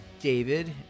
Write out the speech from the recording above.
David